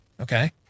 okay